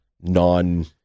non